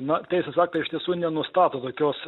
na teisės aktai iš tiesų nenustato tokios